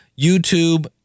YouTube